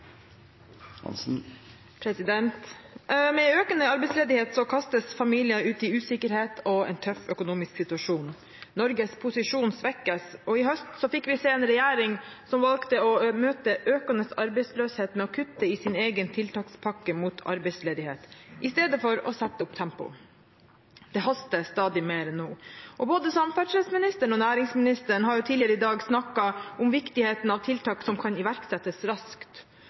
Med økende arbeidsledighet kastes familier ut i usikkerhet og en tøff økonomisk situasjon. Norges posisjon svekkes, og i høst fikk vi se en regjering som valgte å møte økende arbeidsløshet med å kutte i sin egen tiltakspakke mot arbeidsledighet, istedenfor å sette opp tempoet. Det haster stadig mer nå. Både samferdselsministeren og næringsministeren har tidligere i dag snakket om viktigheten av tiltak som kan iverksettes raskt,